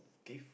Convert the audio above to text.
teeth